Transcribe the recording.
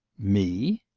me!